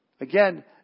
Again